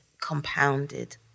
compounded